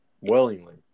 willingly